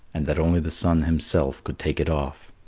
and that only the sun himself could take it off.